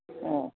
ಹ್ಞೂ